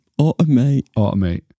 Automate